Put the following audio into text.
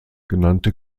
genannte